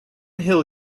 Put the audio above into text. hill